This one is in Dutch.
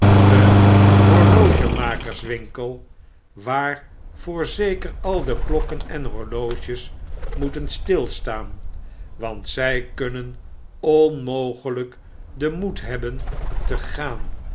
een horlogemakerswinkel waar voorzeker al de klokken en horloges moeten stilstaan want zy kunnen onmogelyk den moed hebben te gaan